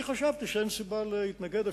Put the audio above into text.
אני חשבתי שאין סיבה להתנגד,